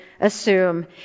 assume